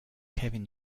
kevin